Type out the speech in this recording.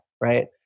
right